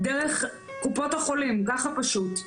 דרך קופות החולים, ככה פשוט.